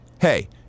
Hey